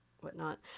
whatnot